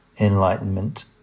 enlightenment